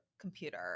computer